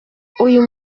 uyu